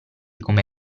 come